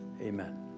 Amen